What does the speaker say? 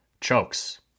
chokes